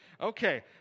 Okay